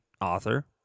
author